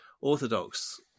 Orthodox